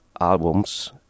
albums